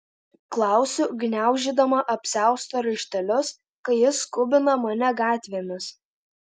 klausiu gniaužydama apsiausto raištelius kai jis skubina mane gatvėmis